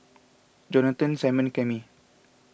Johnathon Simone and Cami